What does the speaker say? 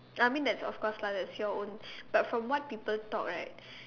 I mean that's of course lah it's your own but from what people thought right